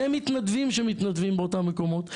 ומתנדבים שמתנדבים באותם מקומות,